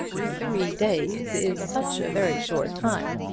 three days is such a very short time,